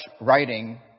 writing